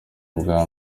ubwa